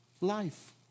life